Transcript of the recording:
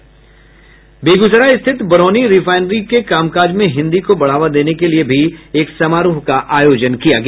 वहीं बेगूसराय स्थित बरौनी रिफाइनरी के कामकाज में हिन्दी को बढ़ावा देने के लिए समारोह का आयोजन किया गया